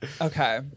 Okay